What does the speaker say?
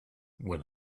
when